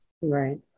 Right